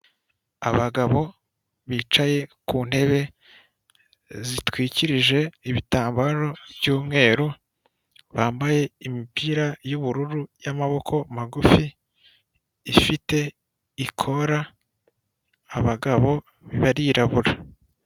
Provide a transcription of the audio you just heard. Abagabo bicaye ku ntebe zitwikirije ibitambaro by'umweru bambaye imipira y'ubururu y'amaboko magufi ifite ikora abagabo barirabura.